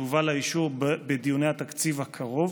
שתובא לאישור בדיוני התקציב הקרוב.